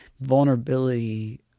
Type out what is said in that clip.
vulnerability